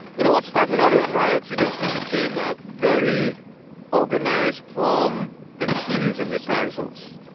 you know what started out as riots eventually became a very organised form and series of reprisals.